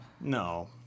no